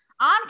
on